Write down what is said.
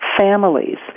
families